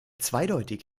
zweideutig